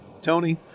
Tony